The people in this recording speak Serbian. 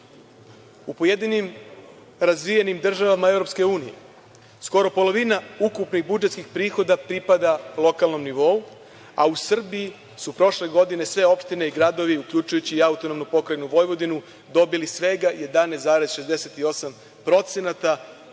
pojedinim razvijenim državama EU skoro polovina ukupnih budžetskih prihoda pripada lokalnom nivou, a u Srbiji su prošle godine sve opštine i gradovi, uključujući i AP Vojvodinu dobili svega 11,68% ukupnih